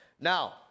Now